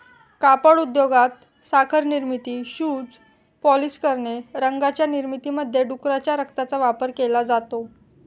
कापड उद्योगात, साखर निर्मिती, शूज पॉलिश करणे, रंगांच्या निर्मितीमध्ये डुकराच्या रक्ताचा वापर केला जातो